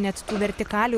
net vertikalių